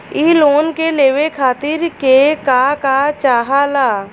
इ लोन के लेवे खातीर के का का चाहा ला?